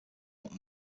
but